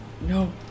No